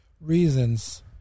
reasons